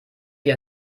wie